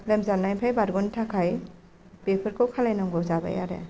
लोमजानायनिफ्राय बारग'नो थाखाय बेफोरखौ खालामनांगौ जाबाय आरो